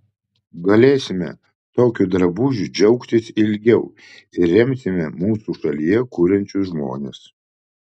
galėsime tokiu drabužiu džiaugtis ilgiau ir remsime mūsų šalyje kuriančius žmones